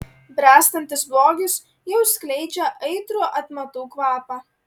bręstantis blogis jau skleidžia aitrų atmatų kvapą